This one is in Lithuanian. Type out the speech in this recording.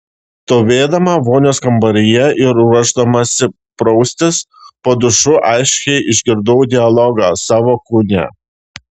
stovėdama vonios kambaryje ir ruošdamasi praustis po dušu aiškiai išgirdau dialogą savo kūne